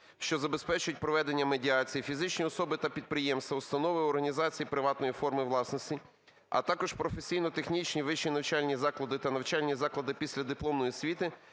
що забезпечать проведення медіації – фізичні особи та підприємства, установи, організації приватної форми власності, а також професійно-технічні вищі навчальні заклади та навчальні заклади післядипломної освіти